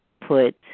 put